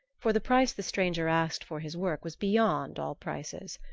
for the price the stranger asked for his work was beyond all prices.